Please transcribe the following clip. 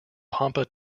pampa